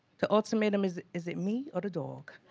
the ultimatum is is it me or the dog?